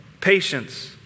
patience